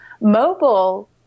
Mobile